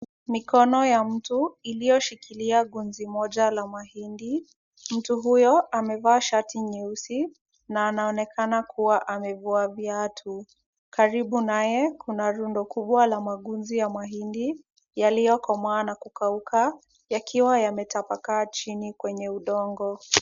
Mikono ya mtu iliyoshikilia gunzi moja la mahindi. Mtu huyo amevaa shati nyeusi na anaonekana kuwa amevua viatu. Karibu naye kuna rundo kubwa la magunzi ya mahindi yaliyokomaa na kukauka, yakiwa yametapakaa chini kwenye udongo.